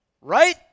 right